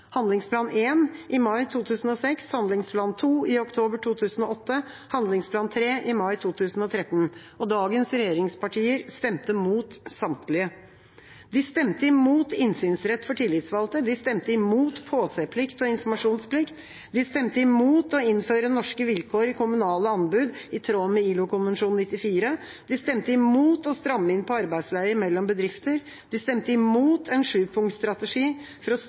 handlingsplan 1 i mai 2006, handlingsplan 2 i oktober 2008, handlingsplan 3 i mai 2013. Dagens regjeringspartier stemte imot samtlige. De stemte imot innsynsrett for tillitsvalgte, de stemte imot påseplikt og informasjonsplikt. De stemte imot å innføre norske vilkår i kommunale anbud i tråd med ILO-konvensjon 94, de stemte imot å stramme inn på arbeidsleie mellom bedrifter, de stemte imot en sjupunktsstrategi for å